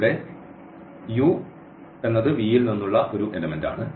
ഇവിടെ u V ൽ നിന്നുള്ള ഒരു എലെമെന്റ് ആണ്